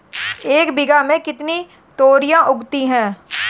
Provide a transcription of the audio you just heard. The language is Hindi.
एक बीघा में कितनी तोरियां उगती हैं?